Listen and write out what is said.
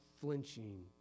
flinching